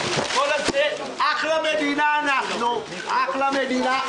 אחלה מדינה אנחנו, אחלה מדינה.